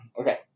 Okay